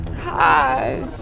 Hi